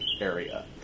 area